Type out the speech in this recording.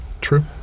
True